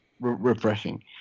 refreshing